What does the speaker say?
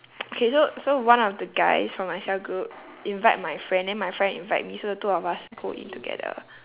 okay so so one of the guys from my cell group invite my friend then my friend invite me so the two of us go in together